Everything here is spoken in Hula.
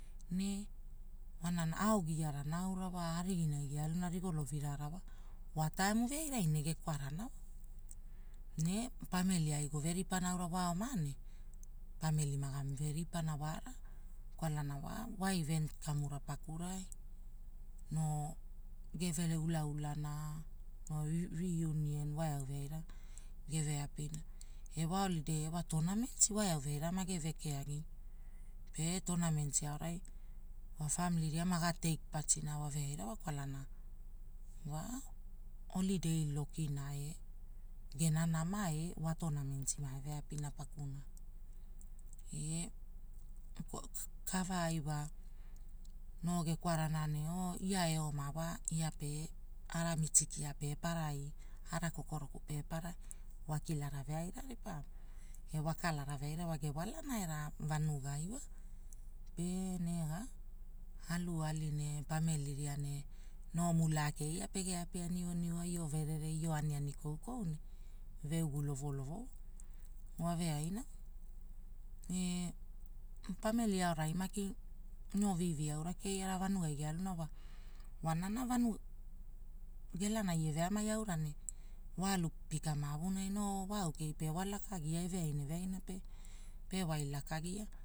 Ne woanana naura wa, ariginai gealuna wa wa taem veairai ne gekwarana ne pamili ai gove ripana aura waoma ne pamili gama veripana wara. Kwala waa ivent kamura pakurai, noo geve ula ulana noo riiunun wa eau veaira, ewa olidei tonameti wa eau mage vekeagina pe tonameti aorai wa. Pamili ria mage. tek paatina waveaira wa kwalana wa olide lokina e gena nama ee wa tonameti eve apira pakunai. E kavaai wa noo gekwarana ne ia eoma wa ia pe ara miti kia pe paraia ana kokoroku pe paraia wa kilara veaira e wakalana veaira gewalana era vanugai wa. Pe nega wa alu ali ne pamili. ria ne noo mulaa keia pege apia ne niu niu aaio vererere io ani ani koukou ne io veigu iovolovo wo wave aina wa, ne pamili aonai vivi aura keiana vanuaa aonai gealuna wa, wanana wa, gealuna ia veamai aura ne woo alu pika maavunai ne waa aukei pe lakagia. Eveaina, eveaina pe. pewai lakagia.